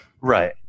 Right